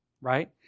Right